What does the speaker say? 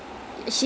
ya